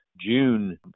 June